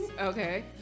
Okay